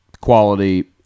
quality